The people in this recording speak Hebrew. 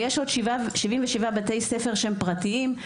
יש עוד 77 בתי ספר פרטיים,